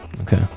okay